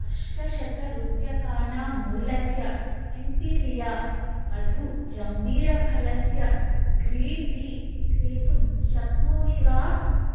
अष्टशतरूप्यकाणां मूल्यस्य इम्पीरिया मधुजम्बीरफलस्य ग्रीन् टी क्रेतुं शक्नोमि वा